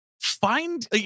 find